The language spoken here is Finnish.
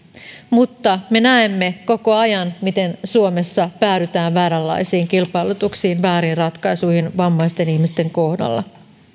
mutta me näemme koko ajan miten suomessa päädytään vääränlaisiin kilpailutuksiin vääriin ratkaisuihin vammaisten ihmisten kohdalla